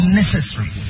necessary